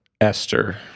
Esther